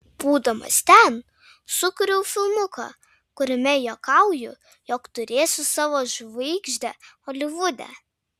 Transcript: būdamas ten sukūriau filmuką kuriame juokauju jog turėsiu savo žvaigždę holivude